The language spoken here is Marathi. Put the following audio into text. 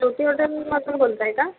होटेलमधून बोलताय का